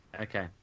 Okay